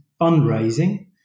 fundraising